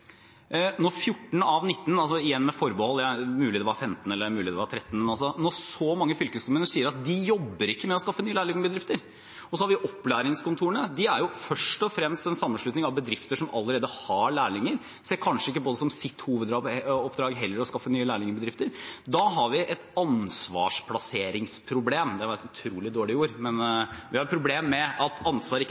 Når så mange som 14 av 19 fylkeskommuner – igjen med forbehold, det er mulig det var 15, eller det er mulig det var 13 – sier at de jobber ikke med å skaffe nye lærlingbedrifter, og så har vi opplæringskontorene, som først og fremst er en sammenslutning av bedrifter som allerede har lærlinger og kanskje ikke ser på det som sitt hovedoppdrag heller å skaffe nye lærlingbedrifter, da har vi et ansvarsplasseringsproblem. Det var et utrolig dårlig ord, men vi har et problem med at ansvaret ikke